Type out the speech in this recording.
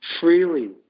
freely